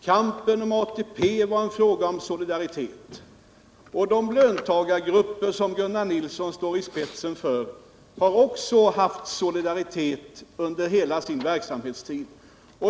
Kampen om ATP var en fråga om solidaritet, och de löntagargrupper som Gunnar Nilsson står i spetsen för har också haft solidaritet som kännetecken under hela sin verksamhetstid.